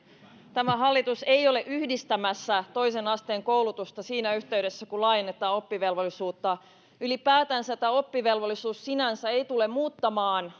tämä hallitus ei ole yhdistämässä toisen asteen koulutusta siinä yhteydessä kun laajennetaan oppivelvollisuutta ylipäätänsä oppivelvollisuus sinänsä ei tule muuttamaan